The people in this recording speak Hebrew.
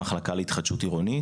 המחלקה להתחדשות עירונית.